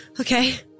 okay